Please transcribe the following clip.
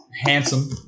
Handsome